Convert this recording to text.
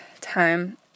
time